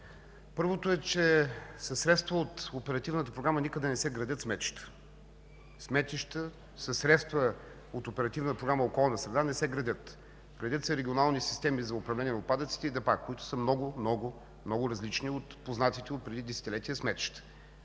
Първото е, че със средства от Оперативната програма никъде не се градят сметища. Със средства от Оперативна програма „Околна среда” сметища не се градят, а се градят редица регионални системи за управление на отпадъците и депа, които са много, много различни от познатите преди десетилетия сметища.